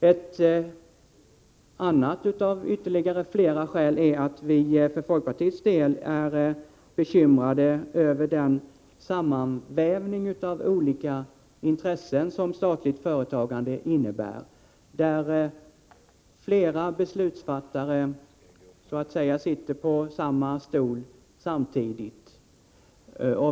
Ett annat av flera skäl är att vi för folkpartiets del är bekymrade över den sammanvävning av olika intressen som statligt företagande innebär, där flera beslutsfattare så att säga sitter på samma stol samtidigt.